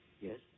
Yes